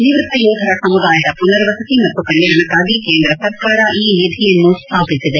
ನಿವ್ಯಕ್ತ ಯೋಧರ ಸಮುದಾಯದ ಮನರ್ವಸತಿ ಮತ್ತು ಕಲ್ಕಾಣಕಾಗಿ ಕೇಂದ್ರ ಸರ್ಕಾರ ಈ ನಿಧಿಯನ್ನು ಸ್ಥಾಪಿಸಿದೆ